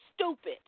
stupid